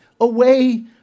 away